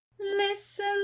Listen